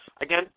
Again